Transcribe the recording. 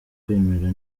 kwemera